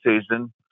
season